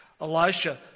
Elisha